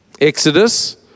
Exodus